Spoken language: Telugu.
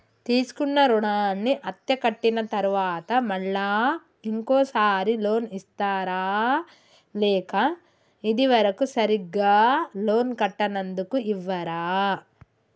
తీసుకున్న రుణాన్ని అత్తే కట్టిన తరువాత మళ్ళా ఇంకో సారి లోన్ ఇస్తారా లేక ఇది వరకు సరిగ్గా లోన్ కట్టనందుకు ఇవ్వరా?